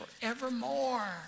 forevermore